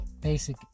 basic